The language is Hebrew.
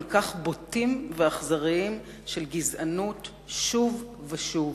כך בוטים ואכזריים של גזענות שוב ושוב,